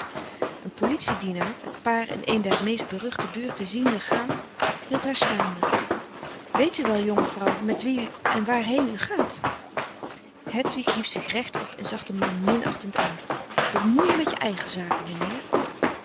een politie dienaar het paar in een der meest beruchte buurten ziende gaan hield haar staande weet u wel jonge vrouw met wie en waarheen u gaat hedwig hief zich recht op en zag den man minachtend aan bemoei je met je eigen zaken